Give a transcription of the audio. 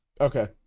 Okay